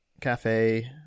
cafe